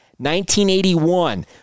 1981